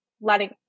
letting